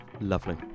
Lovely